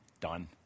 Done